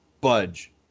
budge